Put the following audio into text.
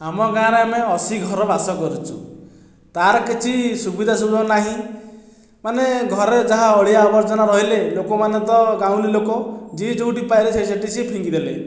ଆମ ଗାଁରେ ଆମେ ଅଶି ଘର ବାସ କରଛୁ ତା'ର କିଛି ସୁବିଧା ସୁଯୋଗ ନାହିଁ ମାନେ ଘରେ ଯାହା ଅଳିଆ ଆବର୍ଜନା ରହିଲେ ଲୋକମାନେ ତ ଗାଉଁଲି ଲୋକ ଯିଏ ଯେଉଁଠି ପାଇଲେ ସେ ସେଠି ସେ ଫିଙ୍ଗିଦେଲେ